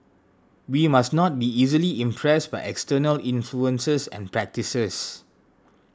we must not be easily impressed by external influences and practices